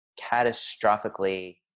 catastrophically